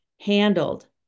handled